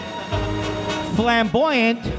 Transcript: Flamboyant